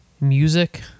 music